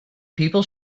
people